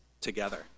together